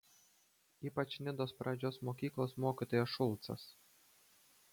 ypač nidos pradžios mokyklos mokytojas šulcas